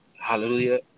Hallelujah